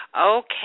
Okay